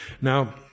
Now